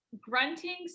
grunting